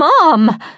Mom